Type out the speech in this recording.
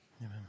Amen